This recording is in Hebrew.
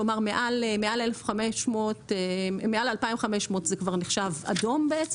כלומר מעל 2,500 זה כבר נחשב אדום,